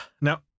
now